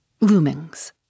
Loomings